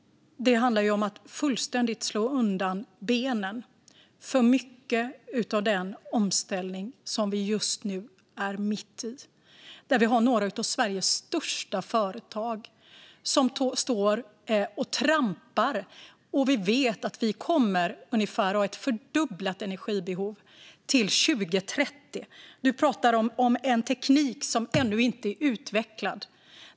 Det handlar om att fullständigt slå undan benen för mycket av den omställning som vi just nu är mitt i. Några av Sveriges största företag står och trampar, och vi vet att vi kommer att ha ett ungefär fördubblat energibehov till 2030. Mattias Bäckström Johansson pratar om en teknik som ännu inte är utvecklad.